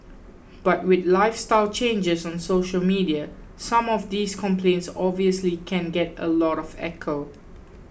but with lifestyle changes and social media some of these complaints obviously can get a lot of echo